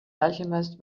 alchemist